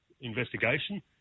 investigation